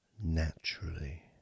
Naturally